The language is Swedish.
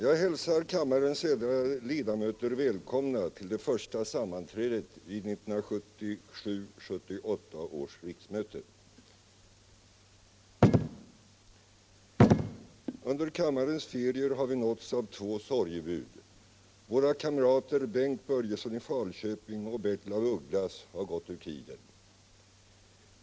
Under kammarens ferier har vi nåtts av två sorgebud. Våra kamrater Bengt Börjesson i Falköping och Bertil af Ugglas har gått ur tiden.